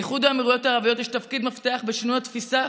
לאיחוד האמירויות הערביות יש תפקיד מפתח בשינוי התפיסה